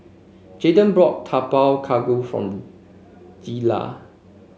Jayden bought Tapak Kuda for Deliah